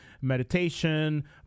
meditation